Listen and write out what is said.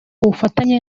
bufatanye